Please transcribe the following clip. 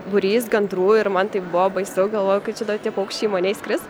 būrys gandrų ir man taip buvo baisu galvojau kaip čia dabar tie paukščiai į mane įskris